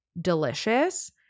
delicious